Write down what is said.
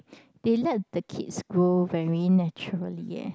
they let the kids grow very naturally eh